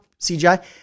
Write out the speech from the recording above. CGI